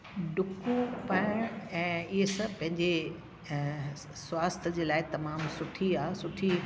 ॾुकु पाइण ऐं ईअं सब पंहिंजे अ स्वास्थ्य जे लाइ तमामु सुठी आहे सुठी